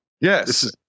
Yes